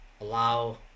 allow